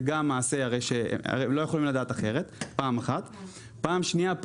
פעם שנייה,